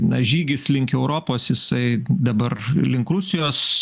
na žygis link europos jisai dabar link rusijos